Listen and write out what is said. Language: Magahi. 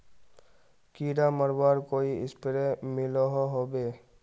कीड़ा मरवार कोई स्प्रे मिलोहो होबे?